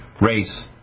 race